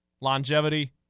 longevity